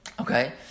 Okay